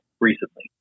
recently